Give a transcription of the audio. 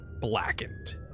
blackened